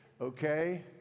Okay